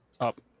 up